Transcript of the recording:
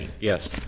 yes